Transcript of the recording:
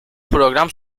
program